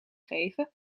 geven